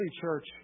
church